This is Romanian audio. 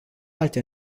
alte